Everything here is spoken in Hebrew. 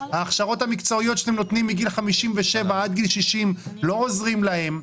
ההכשרות המקצועיות שאתם נותנים מגיל 57 עד גיל 60 לא עוזרות להן.